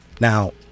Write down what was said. now